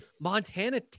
montana